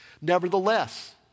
Nevertheless